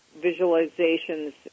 visualizations